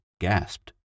gasped